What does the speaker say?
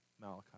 Malachi